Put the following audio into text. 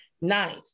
Ninth